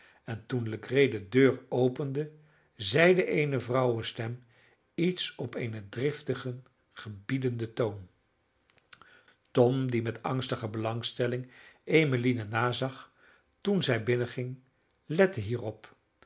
en toen legree de deur opende zeide eene vrouwenstem iets op een driftigen gebiedenden toon tom die met angstige belangstelling emmeline nazag toen zij binnenging lette hierop